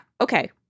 okay